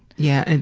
yeah, and